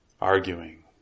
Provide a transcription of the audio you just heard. Arguing